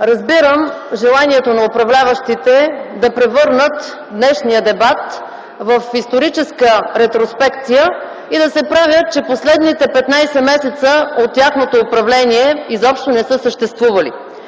разбирам желанието на управляващите да превърнат днешния дебат в историческа ретроспекция и да се правят, че последните 15 месеца от тяхното управление изобщо не са съществували.